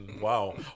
wow